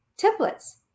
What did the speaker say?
templates